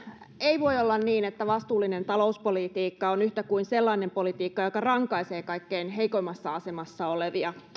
ei voi olla niin että vastuullinen talouspolitiikka on yhtä kuin sellainen politiikka joka rankaisee kaikkein heikoimmassa asemassa olevia